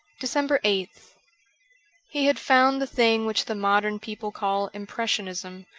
december eighth he had found the thing which the modern people call impressionism,